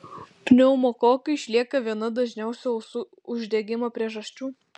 pneumokokai išlieka viena dažniausių ausų uždegimo priežasčių